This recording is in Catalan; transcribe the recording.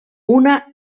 una